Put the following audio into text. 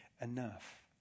enough